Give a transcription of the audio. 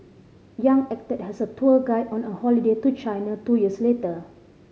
Yang acted as her tour guide on a holiday to China two years later